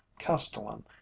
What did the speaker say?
Castellan